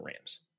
Rams